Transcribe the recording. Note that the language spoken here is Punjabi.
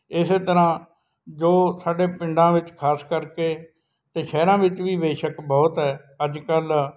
ਇਸੇ ਤਰ੍ਹਾਂ ਜੋ ਸਾਡੇ ਪਿੰਡਾਂ ਵਿੱਚ ਖਾਸ ਕਰਕੇ ਅਤੇ ਸ਼ਹਿਰਾਂ ਵਿੱਚ ਵੀ ਬੇਸ਼ੱਕ ਬਹੁਤ ਹੈ ਅੱਜ ਕੱਲ੍ਹ